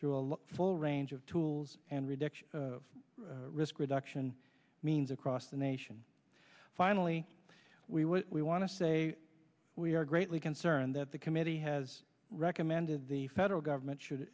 through a long full range of tools and reduction of risk reduction means across the nation finally we would we want to say we are greatly concerned that the committee has recommended the federal government should